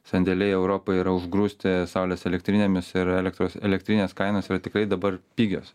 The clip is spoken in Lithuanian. sandėliai europoj yra užgrūsti saulės elektrinėmis ir elektros elektrinės kainos yra tikrai dabar pigios